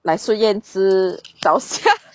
来时燕姿 zao xia haha